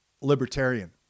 libertarian